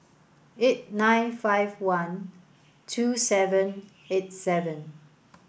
eight nine five one two seven eight seven